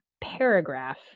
paragraph